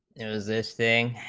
is this thing